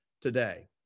today